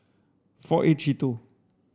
four eight three two